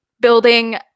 building